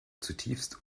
zutiefst